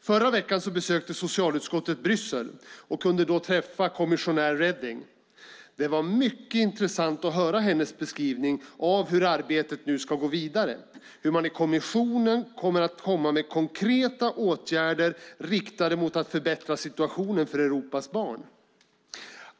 Förra veckan besökte socialutskottet Bryssel och kunde då träffa kommissionär Reding. Det var mycket intressant att höra hennes beskrivning av hur arbetet nu ska gå vidare, att kommissionen kommer att presentera konkreta åtgärder för att förbättra situationen för Europas barn.